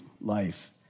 life